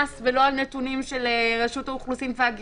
המרכזית לסטטיסטיקה ולא על נתונים של רשות האוכלוסין וההגירה,